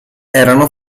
erano